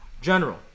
General